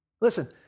listen